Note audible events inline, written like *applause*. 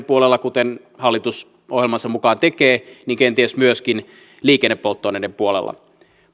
*unintelligible* puolella kuten hallitus ohjelmansa mukaan tekee kenties myöskin liikennepolttoaineiden puolella